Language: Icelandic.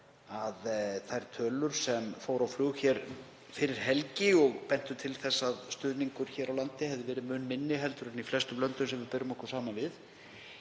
að þær tölur sem fóru á flug hér fyrir helgi, og bentu til þess að stuðningur hér á landi hefði verið mun minni en í flestum löndum sem við berum okkur saman við,